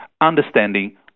understanding